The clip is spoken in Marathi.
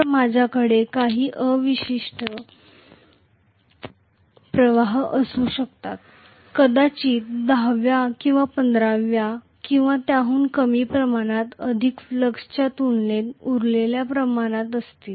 तर माझ्याकडे काही अवशिष्ट प्रवाह असू शकतात कदाचित 10 व्या किंवा 15 व्या किंवा त्याहून कमी प्रमाणात संबंधित फ्लक्सच्या तुलनेत उरलेल्या प्रमाणात असतील